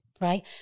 right